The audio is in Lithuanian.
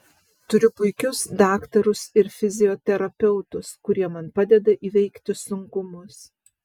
turiu puikius daktarus ir fizioterapeutus kurie man padeda įveikti sunkumus